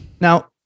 Now